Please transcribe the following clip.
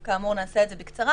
כאמור, נעשה את זה בקצרה.